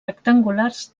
rectangulars